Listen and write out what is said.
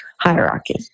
hierarchy